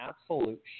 absolute